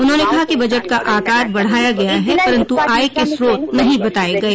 उन्होंने कहा बजट का आकार बढ़ाया गया है परन्तु आय के स्रोत नहीं बताये गये